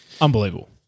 Unbelievable